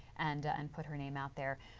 and and put her name out there.